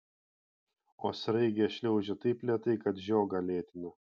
o sraigė šliaužia taip lėtai kad žiogą lėtina